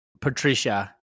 Patricia